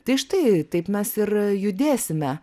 tai štai taip mes ir judėsime